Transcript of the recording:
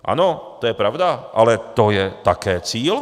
Ano, to je pravda, ale to je také cíl.